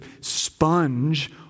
sponge